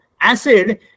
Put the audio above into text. acid